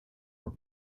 are